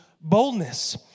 boldness